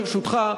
ברשותך,